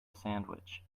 sandwich